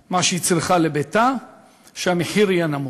מה שהיא צריכה לביתה שהמחיר יהיה נמוך.